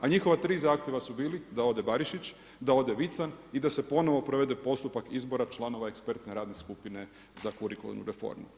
A njihova tri zahtjeva su bili da ode Barišić, da ode Vican i da se ponovno provede postupak izbora članova ekspertne radne skupine za kurikularnu reformu.